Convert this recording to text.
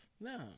No